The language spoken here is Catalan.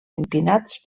empinats